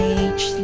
age